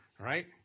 right